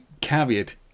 caveat